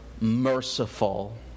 merciful